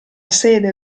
sede